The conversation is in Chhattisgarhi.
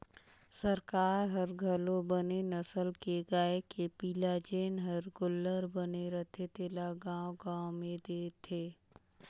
सरकार हर घलो बने नसल के गाय के पिला जेन हर गोल्लर बने रथे तेला गाँव गाँव में देथे